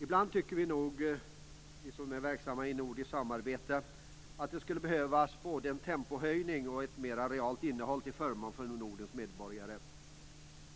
Ibland tycker vi nog, vi som är verksamma i nordiskt samarbete, att det skulle behövas både en tempohöjning och ett mer reellt innehåll till förmån för Nordens medborgare.